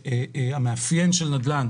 המאפיין של נדל"ן,